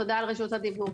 תודה על רשות הדיבור.